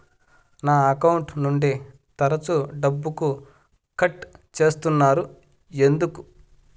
నా అకౌంట్ నుండి తరచు డబ్బుకు కట్ సేస్తున్నారు ఎందుకు